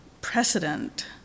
precedent